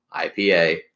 IPA